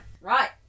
right